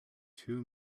two